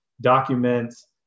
documents